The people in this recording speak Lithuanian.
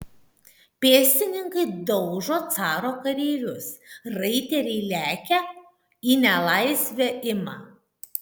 pėstininkai daužo caro kareivius raiteliai lekia į nelaisvę ima